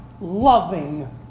loving